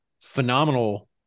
phenomenal